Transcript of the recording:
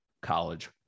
college